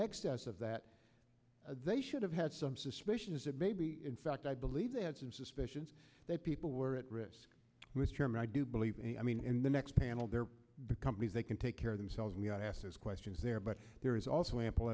excess of that they should have had some suspicions that maybe in fact i believe they had some suspicions that people were at risk with him i do believe and i mean in the next panel there the companies they can take care of themselves we are asked as questions there but there is also ample